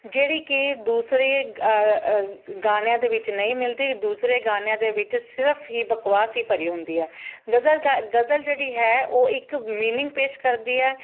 ਜਿਹੜੀ ਕਿ ਦੂਸਰੇ ਗਾਣਿਆਂ ਦੇ ਵਿੱਚ ਨਹੀਂ ਮਿਲਦੀ ਦੂਸਰੇ ਗਾਣਿਆਂ ਦੇ ਵਿੱਚ ਸਿਰਫ਼ ਹੀ ਬਕਵਾਸ ਹੀ ਭਰੀ ਹੁੰਦੀ ਹੈ ਗਜ਼ਲ ਗਾ ਗਜ਼ਲ ਜਿਹੜੀ ਹੈ ਉਹ ਇੱਕ ਮੀਨਿੰਗ ਪੇਸ਼ ਕਰਦੀ ਹੈ